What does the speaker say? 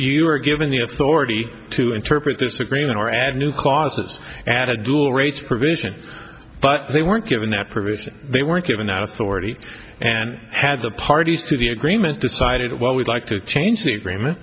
you were given the authority to interpret this agreement or add new costs at a dual rates provision but they weren't given that permission they weren't given that authority and had the parties to the agreement decided well we'd like to change the agreement